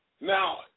Now